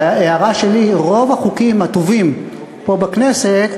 הערה שלי: רוב החוקים הטובים פה בכנסת,